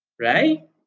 right